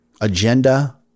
agenda